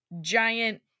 giant